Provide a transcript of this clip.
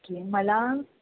okay मला